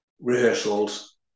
rehearsals